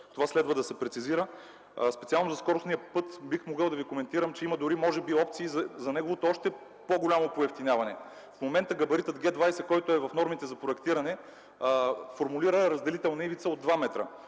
Това следва да се прецизира. Специално за скоростния път бих могъл да коментирам, че може би има дори опции за неговото още по-голямо поевтиняване. В момента габаритът Г-20, който е в нормите за проектиране, формулира разделителна ивица от два метра.